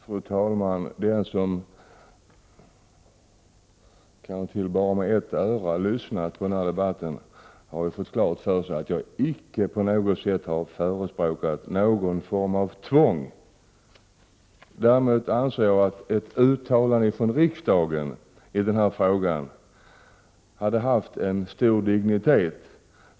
Fru talman! Även den som bara med ett öra har lyssnat på den här debatten har fått klart för sig att jag icke på något sätt har förespråkat någon form tvång. Däremot anser jag att ett uttalande från riksdagen i denna fråga hade haft stor dignitet.